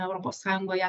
europos sąjungoje